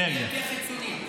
אנרגיה חיצונית.